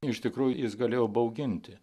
iš tikrųjų jis galėjo bauginti